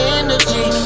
energy